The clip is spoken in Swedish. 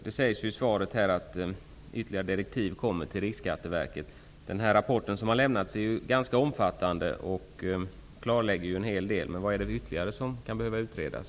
Det sägs i svaret att ytterligare direktiv kommer att lämnas till Riksskatteverket. Den rapport som har lämnats är ganska omfattande och klarlägger en hel del. Vad är det ytterligare som kan behöva utredas?